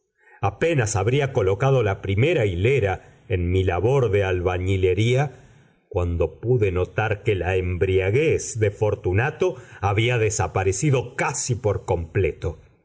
apenas habría colocado la primera hilera en mi labor de albañilería cuando pude notar que la embriaguez de fortunato había desaparecido casi por completo